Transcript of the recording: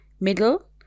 middle